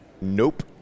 Nope